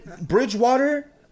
Bridgewater